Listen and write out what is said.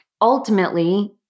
ultimately